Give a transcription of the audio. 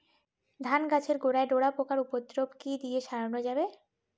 ধান গাছের গোড়ায় ডোরা পোকার উপদ্রব কি দিয়ে সারানো যাবে?